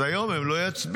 אז היום הן לא יצביעו